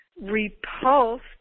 repulsed